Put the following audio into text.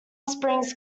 springs